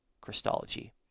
Christology